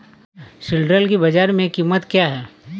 सिल्ड्राल की बाजार में कीमत क्या है?